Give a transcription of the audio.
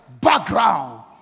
Background